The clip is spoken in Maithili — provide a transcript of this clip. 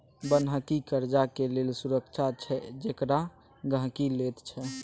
बन्हकी कर्जाक लेल सुरक्षा छै जेकरा गहिंकी लैत छै